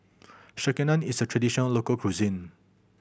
sekihan is a traditional local cuisine